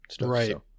Right